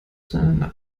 zueinander